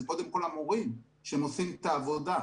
זה קודם כול המורים שעושים את העבודה.